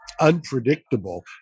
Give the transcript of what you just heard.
unpredictable